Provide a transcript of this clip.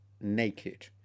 naked